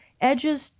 edges